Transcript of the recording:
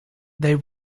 they